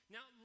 Now